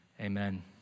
Amen